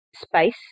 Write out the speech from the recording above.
space